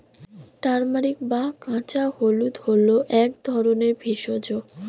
turmeric বা কাঁচা হলুদ হল এক ধরনের ভেষজ